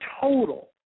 total